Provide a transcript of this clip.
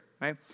right